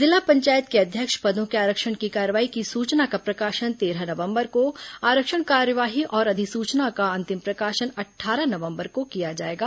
जिला पंचायत के अध्यक्ष पदों के आरक्षण की कार्यवाही की सूचना का प्रकाशन तेरह नवम्बर को आरक्षण कार्यवाही और अधिसूचना का अंतिम प्रकाशन अट्ठारह नवम्बर को किया जाएगा